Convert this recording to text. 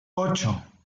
ocho